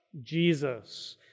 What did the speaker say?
Jesus